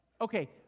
Okay